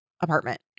apartment